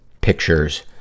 pictures